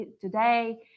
today